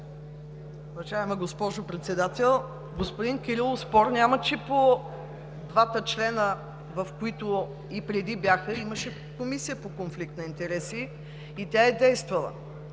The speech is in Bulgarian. Уважаема госпожо Председател! Господин Кирилов, няма спор, че по двата члена, които и преди бяха, имаше Комисия по конфликт на интереси и тя е действала.